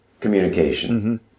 communication